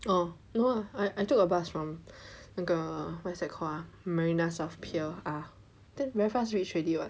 oh no lah I took a bus from 那个 what's that called ah Marina south pier then very fast reach already [what]